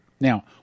Now